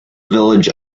village